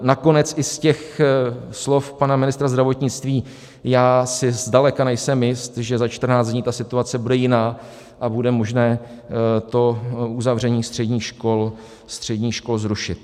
Nakonec i z těch slov pana ministra zdravotnictví já si zdaleka nejsem jist, že za 14 dní situace bude jiná a bude možné to uzavření středních škol zrušit.